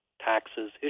taxes